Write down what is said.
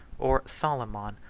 or soliman,